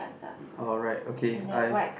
alright okay I